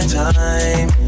time